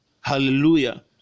Hallelujah